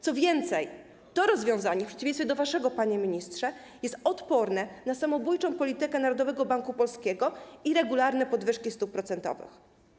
Co więcej, to rozwiązanie w przeciwieństwie do waszego, panie ministrze, jest odporne na samobójczą politykę Narodowego Banku Polskiego i regularne podwyżki stóp procentowych.